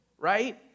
right